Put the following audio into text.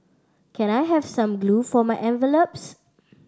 can I have some glue for my envelopes